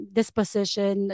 Disposition